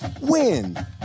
WIN